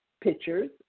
pictures